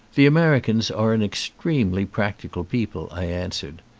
the americans are an extremely practical people, i answered.